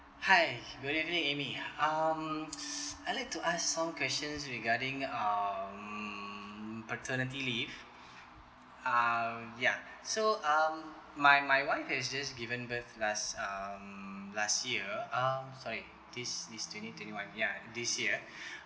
hi good evening amy um I'd like to ask some questions regarding um paternity leave uh ya so um my my wife is just given birth last um last year um sorry this this twenty twenty one ya this year